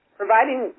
providing